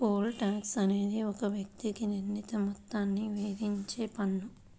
pole tax అనేది ఒక వ్యక్తికి నిర్ణీత మొత్తాన్ని విధించే పన్ను